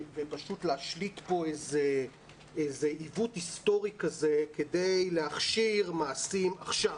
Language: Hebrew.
ופשוט להשבית פה איזה עיוות היסטורי כזה כדי להכשיר מעשים עכשיו.